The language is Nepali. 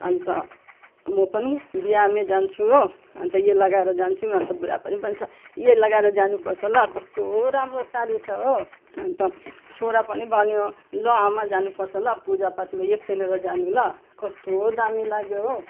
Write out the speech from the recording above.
अनि त म पनि बिहामे जान्छु हो अनि त यो लगाएर जान्छु अनि त बुरा पनि भन्छ ये लगाएर जानुपर्छ ल कस्तो राम्रो साडी छ हो अनि त छोरा पनि भन्यो ल आमा जानुपर्छ ल पूजापाठमा यो पेहनेर जानु ल कस्तो दामी लाग्यो हो